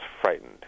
frightened